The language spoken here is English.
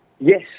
Yes